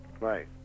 right